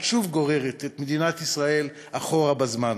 שוב גוררת את מדינת ישראל אחורה בזמן.